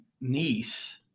niece